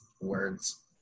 words